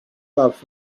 love